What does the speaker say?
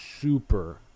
super